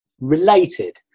related